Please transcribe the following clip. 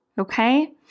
okay